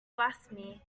blasphemy